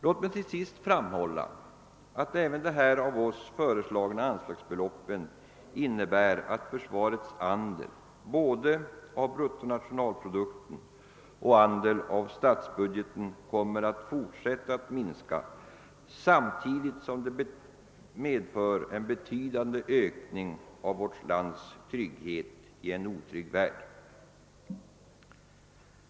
Låt mig till sist framhålla att även de av oss här föreslagna anslagsbeloppen innebär att försvarets andel både av bruttonationalprodukten och av statsbudgeten kommer att fortsätta att minska, samtidigt som de medför en betydande ökning av vårt lands trygghet i en otrygg värld.